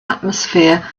atmosphere